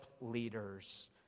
leaders